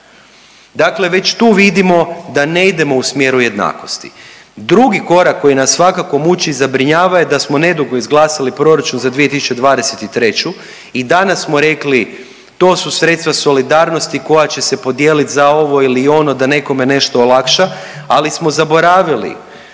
Dakle, već tu vidimo da ne idemo u smjeru jednakosti. Drugi korak koji nas svakako muči i zabrinjava je da smo nedugo izglasali proračun za 2023. I danas smo rekli to su sredstva solidarnosti koja će se podijeliti za ovo ili ono, da nekome nešto olakša. Ali smo zaboravili